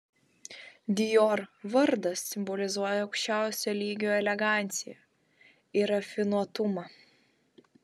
dior vardas simbolizuoja aukščiausio lygio eleganciją ir rafinuotumą